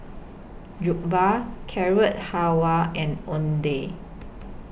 Jokbal Carrot Halwa and Oden